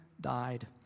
died